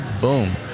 boom